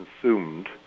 consumed